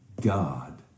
God